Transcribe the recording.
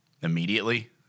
immediately